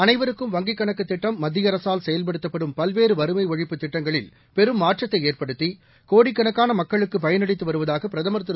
அனைவருக்கும் வங்கிக் கணக்கு திட்டம் மத்திய அரசால் செயல்படுத்தப்படும் பல்வேறு வறுமை ஒழிப்புத் திட்டங்களில் பெரும் மாற்றத்தை ஏற்படுத்தி கோடிக்கணக்கான மக்களுக்கு பயனளித்து வருவதாக பிரதமர் திரு